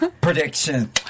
Prediction